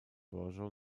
положил